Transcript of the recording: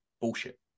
Bullshit